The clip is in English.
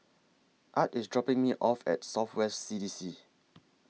Art IS dropping Me off At South West C D C